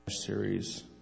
series